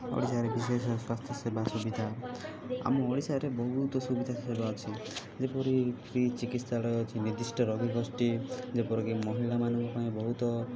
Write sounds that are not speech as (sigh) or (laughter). ଓଡ଼ିଶାରେ ବିଶେଷ ସ୍ୱାସ୍ଥ୍ୟ ସେବା ସୁବିଧା ଆମ ଓଡ଼ିଶାରେ ବହୁତ ସୁବିଧା ସେବା ଅଛି ଯେପରିକି ଚିକିତ୍ସାଳୟ ଅଛି ନିର୍ଦ୍ଧିଷ୍ଟ (unintelligible) ଗୋଷ୍ଠୀ ଯେପରିକି ମହିଳାମାନଙ୍କ ପାଇଁ ବହୁତ